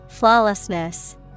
Flawlessness